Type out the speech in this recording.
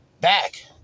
Back